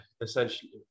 essentially